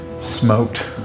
smoked